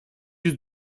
yüz